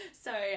Sorry